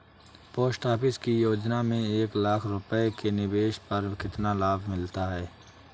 Post office की योजना में एक लाख रूपए के निवेश पर कितना लाभ मिलता है?